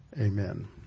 Amen